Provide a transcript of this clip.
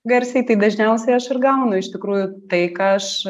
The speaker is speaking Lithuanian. garsiai tai dažniausiai aš ir gaunu iš tikrųjų tai ką aš